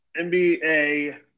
NBA